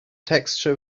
texture